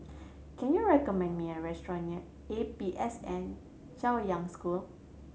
can you recommend me a restaurant near A P S N Chaoyang School